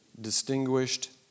distinguished